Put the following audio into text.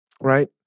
Right